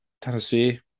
Tennessee